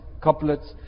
couplets